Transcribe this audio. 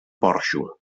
porxo